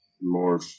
more